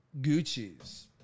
Gucci's